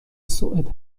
سوئد